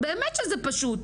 באמת זה פשוט,